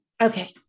Okay